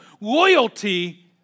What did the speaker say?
Loyalty